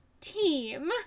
team